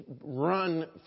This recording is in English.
run